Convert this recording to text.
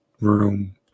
room